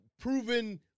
proven